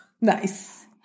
Nice